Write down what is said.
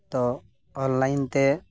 ᱛᱳ online ᱛᱮ